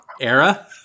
era